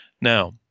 Now